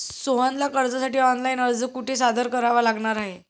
सोहनला कर्जासाठी ऑनलाइन अर्ज कुठे सादर करावा लागणार आहे?